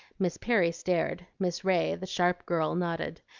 miss perry stared miss ray, the sharp girl, nodded,